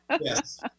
Yes